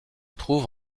trouve